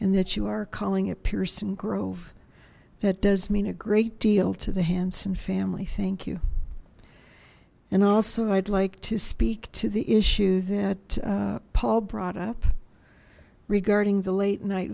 and that you are calling it pearson grove that does mean a great deal to the hanson family thank you and also i'd like to speak to the issue that paul brought up regarding the late night